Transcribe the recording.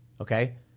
okay